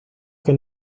que